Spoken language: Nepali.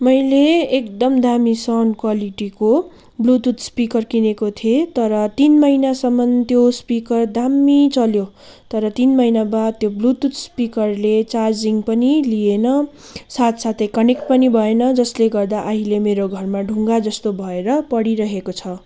मैले एकदम दामी साउन्ड क्वालिटीको ब्लुतुथ स्पिकर केनेको थिएँ तर तिन महिनासम्म त्यो स्पिकर दामी चल्यो तर तिन महिना बाद त्यो ब्लुतुथ स्पिकरले चार्जिङ पनि लिएन साथसाथै कनेक्ट पनि भएन जसले गर्दा अहिले मेरो घरमा ढुङ्गा जस्तो भएर पडिरहेको छ